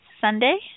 Sunday